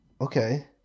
okay